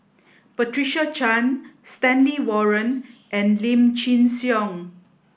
Patricia Chan Stanley Warren and Lim Chin Siong